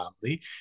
family